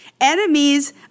Enemies